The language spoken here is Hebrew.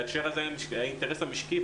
בהקשר הזה האינטרס המשקי,